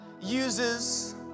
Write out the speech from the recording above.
uses